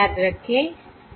याद रखें